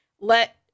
let